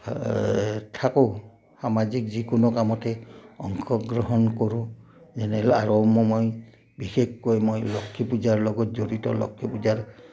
থাকোঁ সামাজিক যিকোনো কামতে অংশগ্ৰহণ কৰোঁ যেনে অৰু মই বিশেষকৈ মই লক্ষ্মী পূজাৰ লগত জড়িত লক্ষ্মী পূজাৰ